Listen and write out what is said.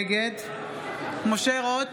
נגד משה רוט,